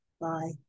bye